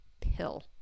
pill